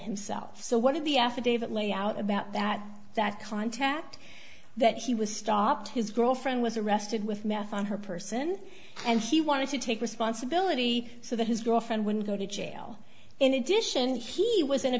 himself so what did the affidavit lay out about that that contact that he was stopped his girlfriend was arrested with meth on her person and he wanted to take responsibility so that his girlfriend wouldn't go to jail in addition he was in a